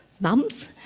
Mums